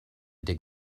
dig